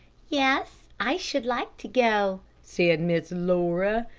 yes, i should like to go, said miss laura,